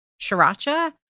sriracha